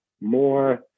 more